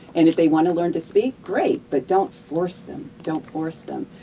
and if they want to learn to speak, great, but don't force them, don't force them.